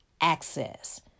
access